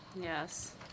Yes